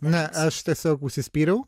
ne aš tiesiog užsispyriau